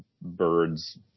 birds